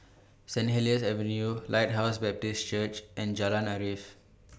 Saint Helier's Avenue Lighthouse Baptist Church and Jalan Arif